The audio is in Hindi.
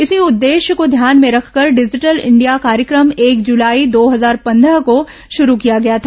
इसी उद्देश्य को ध्यान में रखकर डिजिटल इंडिया कार्यक्रम एक जुलाई दो हजार पंद्रह को शुरू किया गया था